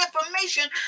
information